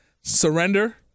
surrender